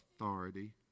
authority